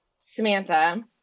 Samantha